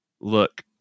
look